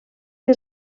que